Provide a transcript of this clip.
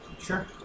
Sure